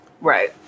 Right